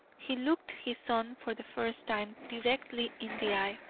he looked his son for the first time directly in the eye,